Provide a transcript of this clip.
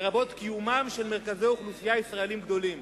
לרבות קיומם של מרכזי אוכלוסייה ישראליים גדולים.